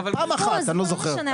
פעם אחת אני לא זוכר.